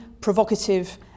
provocative